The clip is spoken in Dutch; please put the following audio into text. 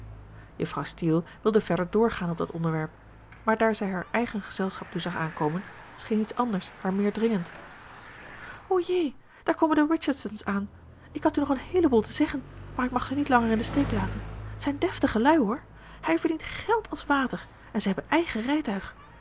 juffrouw steele wilde verder doorgaan op dat onderwerp maar daar zij haar eigen gezelschap nu zag aankomen scheen iets anders haar meer dringend o jé daar komen de richardsons aan ik had u nog een heeleboel te zeggen maar ik mag ze niet langer in den steek laten t zijn deftige lui hoor hij verdient geld als water en ze hebben eigen rijtuig